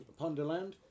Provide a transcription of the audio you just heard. ponderland